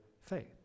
faith